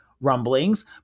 rumblings